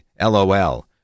LOL